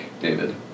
David